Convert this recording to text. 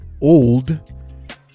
old